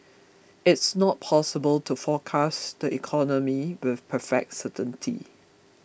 it's not possible to forecast the economy with perfect certainty